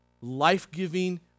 life-giving